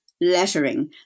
lettering